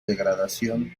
degradación